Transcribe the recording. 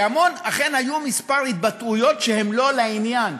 שאכן היו כמה התבטאויות שהן לא לעניין,